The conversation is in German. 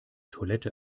toilette